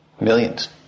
Millions